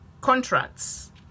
contracts